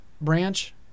branch